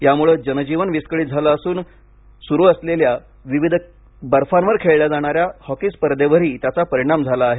याम्ळे जनजीवन विस्कळीत झालं असून स्रु असलेल्या बर्फावर खेळल्या जाणा या हॉकी स्पर्धेवरही त्याचा परिणाम झाला आहे